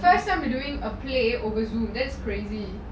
first time we doing a play over zoom that's crazy